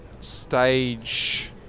stage